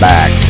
Back